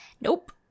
Nope